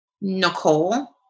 Nicole